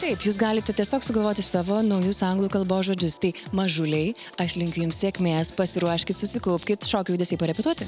taip jūs galite tiesiog sugalvoti savo naujus anglų kalbos žodžius tai mažuliai aš linkiu jums sėkmės pasiruoškit susikaupkit šokio judesiai parepetuoti